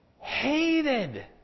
hated